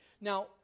Now